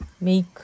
make